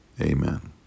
amen